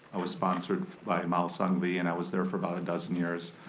i was sponsored by amol sangle yeah and i was there for about a dozen years.